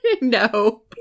No